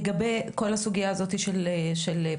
לגבי כל הסוגיה הזו של פקחים,